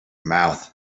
mouth